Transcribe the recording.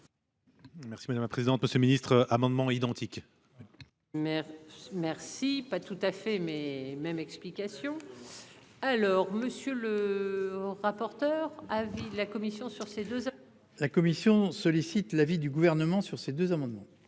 Merci madame la présidente, monsieur Ministre amendements identiques. Mais merci. Pas tout à fait, mais même explication. Heure monsieur le. Rapporteur avis de la commission sur ces 2. La Commission sollicite l'avis du gouvernement sur ces deux amendements.